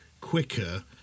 quicker